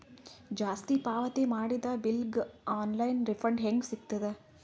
ಜಾಸ್ತಿ ಪಾವತಿ ಮಾಡಿದ ಬಿಲ್ ಗ ಆನ್ ಲೈನ್ ರಿಫಂಡ ಹೇಂಗ ಸಿಗತದ?